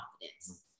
confidence